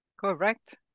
Correct